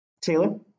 Taylor